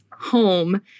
home